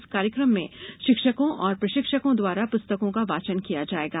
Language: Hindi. इस कार्यक्रम में शिक्षकों और प्रशिक्षकों द्वारा पुस्तकों का वाचन किया जाएगा